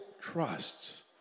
trusts